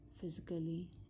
physically